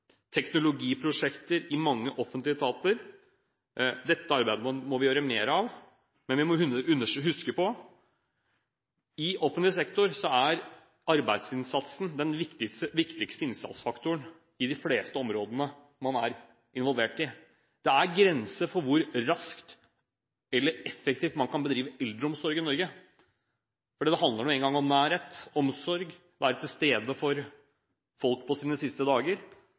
teknologiprosjekter i mange offentlige etater. Dette arbeidet må vi gjøre mer av, men vi må huske på at i offentlig sektor er arbeidsinnsatsen den viktigste innsatsfaktoren innen de fleste områdene man er involvert i. Det er grenser for hvor raskt eller effektivt man kan bedrive eldreomsorg i Norge, fordi det nå engang handler om nærhet og omsorg og om å være til stede for folk i deres siste dager.